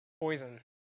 poison